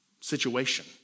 situation